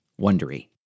wondery